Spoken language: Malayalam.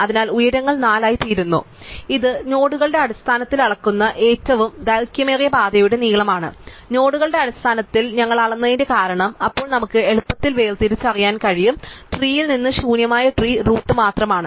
അതിനാൽ ഉയരങ്ങൾ 4 ആയിത്തീരുന്നു ഇത് നോഡുകളുടെ അടിസ്ഥാനത്തിൽ അളക്കുന്ന ഏറ്റവും ദൈർഘ്യമേറിയ പാതയുടെ നീളമാണ് നോഡുകളുടെ അടിസ്ഥാനത്തിൽ ഞങ്ങൾ അളന്നതിന്റെ കാരണം അപ്പോൾ നമുക്ക് എളുപ്പത്തിൽ വേർതിരിച്ചറിയാൻ കഴിയും ട്രീൽ നിന്ന് ശൂന്യമായ ട്രീ റൂട്ട് മാത്രമാണ്